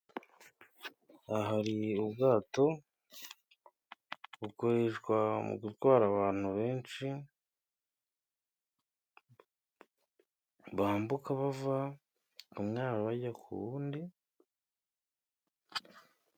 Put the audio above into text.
Aha hari ubwato, bukoreshwa mu gutwara abantu benshi, bambuka bava mu mwaro bajya ku wundi.